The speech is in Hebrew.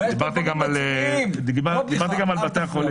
אבל יש דברים רציניים --- דיברתי גם על בתי החולים.